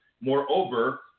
Moreover